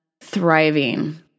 thriving